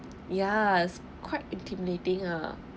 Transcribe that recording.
ya it's quite intimidating ah